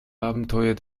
abenteuer